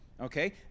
Okay